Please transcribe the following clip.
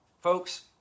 Folks